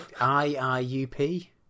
I-I-U-P